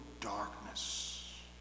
darkness